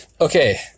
Okay